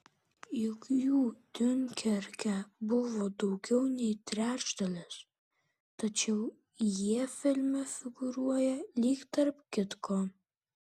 juk jų diunkerke buvo daugiau nei trečdalis tačiau jie filme figūruoja lyg tarp kitko